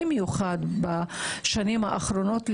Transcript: במיוחד בשנים האחרונות.